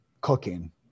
cooking